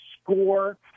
score –